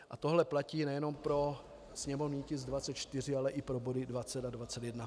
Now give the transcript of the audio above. A tohle platí nejenom pro sněmovní tisk 24, ale i pro body 20 a 21.